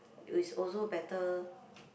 you is also better